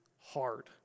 hard